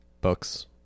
books